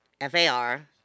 F-A-R